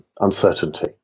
uncertainty